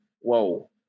whoa